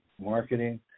marketing